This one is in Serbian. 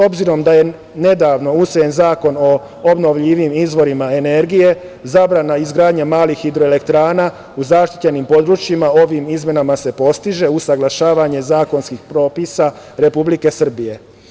Obzirom da je nedavno usvojen Zakon o obnovljivim izvorima energije, zabrana izgradnje malih hidroelektrana u zaštićenim područjima ovim izmenama se postiže usaglašavanje zakonskih propisa Republike Srbije.